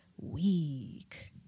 week